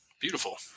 Beautiful